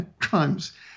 crimes